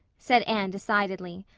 said anne decidedly.